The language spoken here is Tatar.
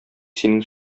синең